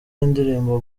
y’indirimbo